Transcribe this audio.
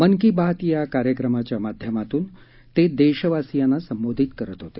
मन की बात या कार्यक्रमाच्या माध्यमातून ते देशवासियांना संबोधित करत होते